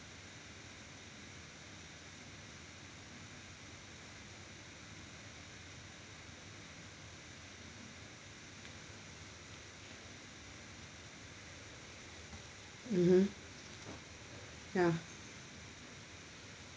mmhmm ya